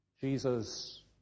Jesus